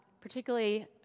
particularly